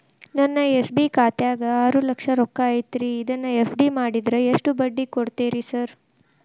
ನನ್ನ ಎಸ್.ಬಿ ಖಾತ್ಯಾಗ ಆರು ಲಕ್ಷ ರೊಕ್ಕ ಐತ್ರಿ ಅದನ್ನ ಎಫ್.ಡಿ ಮಾಡಿದ್ರ ಎಷ್ಟ ಬಡ್ಡಿ ಕೊಡ್ತೇರಿ ಸರ್?